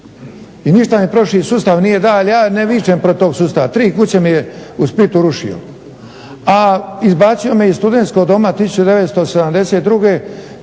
I ništa mi prošli sustav nije da, ali ja ne vičem protiv tog sustava. Tri kuće mi je u Splitu rušio, a izbacio me iz studentskog doma 1972.